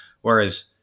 Whereas